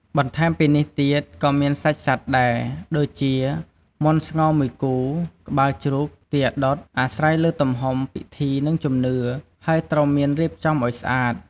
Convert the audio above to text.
បន្ថែមពីនេះទៀតក៏មានសាច់សត្វដែរ ដូចជា មាន់ស្ងោរមួយគូ ក្បាលជ្រូក ទាដុត អាស្រ័យលើទំហំពិធី និងជំនឿ ហើយត្រូវមានរៀបចំឲ្យស្អាត ។